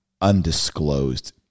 undisclosed